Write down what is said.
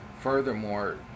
Furthermore